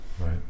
Right